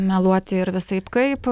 meluoti ir visaip kaip